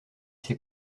c’est